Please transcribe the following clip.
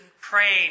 praying